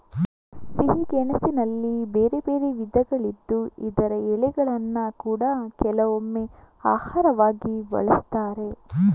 ಸಿಹಿ ಗೆಣಸಿನಲ್ಲಿ ಬೇರೆ ಬೇರೆ ವಿಧಗಳಿದ್ದು ಇದರ ಎಲೆಗಳನ್ನ ಕೂಡಾ ಕೆಲವೊಮ್ಮೆ ಆಹಾರವಾಗಿ ಬಳಸ್ತಾರೆ